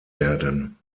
werden